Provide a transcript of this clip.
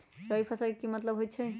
रबी फसल के की मतलब होई छई?